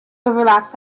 overlaps